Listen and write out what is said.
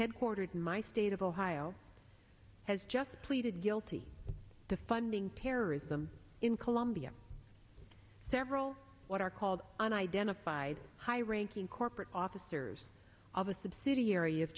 headquartered in my state of ohio has just pleaded guilty to funding terrorism in colombia several what are called an identified high ranking corporate officers of a subsidiary of